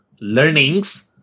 learnings